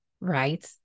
right